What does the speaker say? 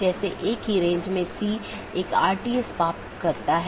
BGP निर्भर करता है IGP पर जो कि एक साथी का पता लगाने के लिए आंतरिक गेटवे प्रोटोकॉल है